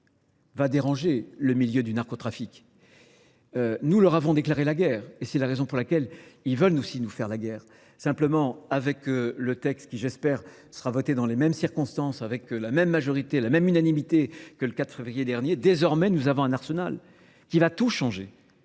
ce texte va déranger le milieu du narcotrafic. Nous leur avons déclaré la guerre et c'est la raison pour laquelle ils veulent aussi nous faire la guerre. Simplement avec le texte qui, j'espère, sera voté dans les mêmes circonstances, avec la même majorité, la même unanimité que le 4 février dernier, désormais nous avons un arsenal qui va tout changer.